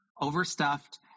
overstuffed